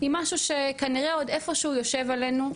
היא משהו שכנראה עוד איפה שהוא יושב עלינו,